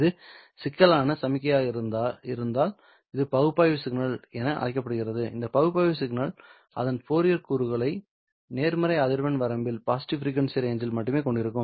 இது சிக்கலான சமிக்ஞையாக இருந்தால் இது பகுப்பாய்வு சிக்னல் என அழைக்கப்படுகிறது இந்த பகுப்பாய்வு சிக்னல் அதன் ஃபோரியர் கூறுகளை நேர்மறை அதிர்வெண் வரம்பில் மட்டுமே கொண்டிருக்கும்